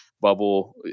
bubble